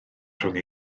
rhwng